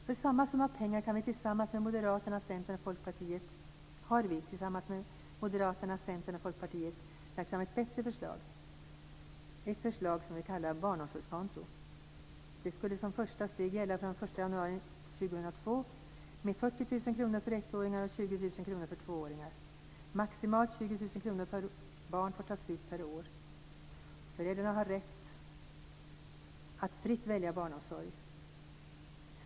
För samma summa pengar har vi tillsammans med Moderaterna, Centern och Folkpartiet lagt fram ett bättre förslag om något vi kallar barnomsorgskonto. Det skulle som ett första steg gälla från den 1 januari 2002 med 40 000 kr för ettåringar och 20 000 kr för tvååringar. Maximalt 20 000 kr per barn får tas ut per år. Föräldrarna har rätt att fritt välja barnomsorg.